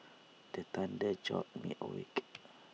the thunder jolt me awake